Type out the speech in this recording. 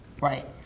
Right